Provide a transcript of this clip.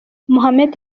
mohamed